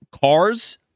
cars